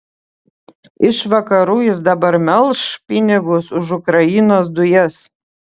iš vakarų jis dabar melš pinigus už ukrainos dujas